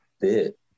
bit